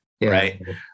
right